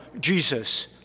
Jesus